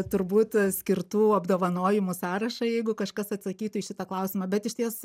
turbūt skirtų apdovanojimų sąrašą jeigu kažkas atsakytų į šitą klausimą bet išties